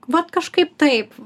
vat kažkaip taip